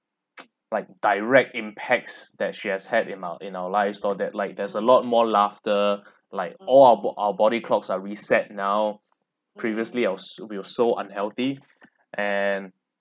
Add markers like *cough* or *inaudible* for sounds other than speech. *noise* like direct impacts that she has had in my in our lives so that like there's a lot more laughter *breath* like all our bo~ our body clocks are reset now previously I was s~ we were so unhealthy and